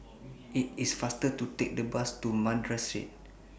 IT IS faster to Take The Bus to Madras Street